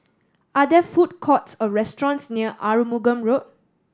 are there food courts or restaurants near Arumugam Road